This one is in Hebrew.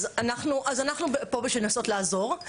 אז אנחנו פה בשביל לנסות לעזור.